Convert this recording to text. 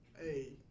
Hey